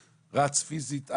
פיזית,